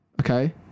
Okay